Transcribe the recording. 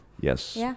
Yes